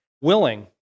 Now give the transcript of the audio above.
willing